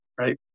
Right